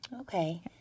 Okay